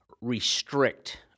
restrict